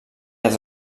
els